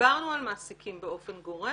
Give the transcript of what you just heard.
דיברנו על מעסיקים באופן גורף,